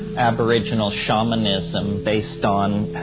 aboriginal shamanism based on